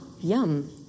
Yum